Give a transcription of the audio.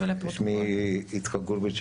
שמי יצחק גורביץ,